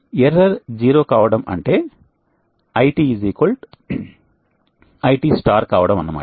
error 0 కావడం అంటే IT IT star కావడం అన్నమాట